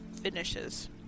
finishes